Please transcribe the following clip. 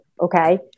Okay